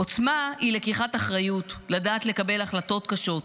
עוצמה היא לקיחת אחריות, לדעת לקבל החלטות קשות,